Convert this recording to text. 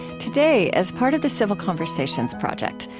today, as part of the civil conversations project,